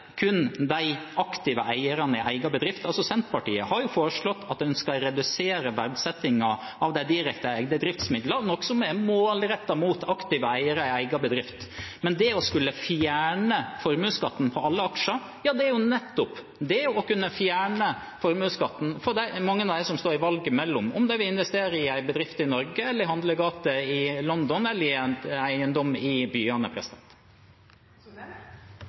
kun de aktive eierne i egen bedrift. Senterpartiet har foreslått at en skal redusere verdsettingen av de direkte eide driftsmidlene, noe som er målrettet mot aktive eiere i egen bedrift. Men det å skulle fjerne formuesskatten på alle aksjer er nettopp å kunne fjerne formuesskatten for mange av dem som står i valget mellom om de vil investere i en bedrift i Norge, i en handlegate i London eller i en eiendom i byene.